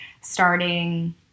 starting